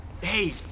Hey